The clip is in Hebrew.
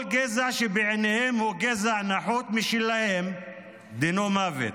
כל גזע שבעיניהם הוא נחות משלהם דינו מוות.